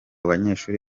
banyeshuri